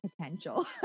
potential